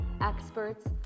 experts